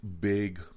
big